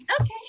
Okay